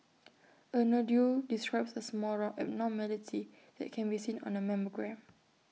A nodule describes A small round abnormality that can be seen on A mammogram